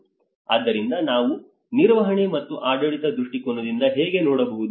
ಆದ್ದರಿಂದ ನಾವು ನಿರ್ವಹಣೆ ಮತ್ತು ಆಡಳಿತದ ದೃಷ್ಟಿಕೋನವನ್ನು ಹೇಗೆ ನೋಡಬಹುದು